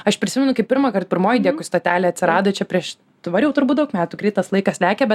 aš prisimenu kai pirmąkart pirmoji dėkui stotelė atsirado čia prieš dabar jau turbūt daug metų greit tas laikas lekia bet